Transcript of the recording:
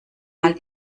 mal